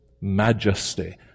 majesty